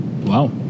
Wow